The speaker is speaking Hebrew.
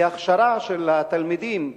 כי ההכשרה של התלמידים,